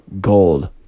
Gold